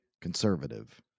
conservative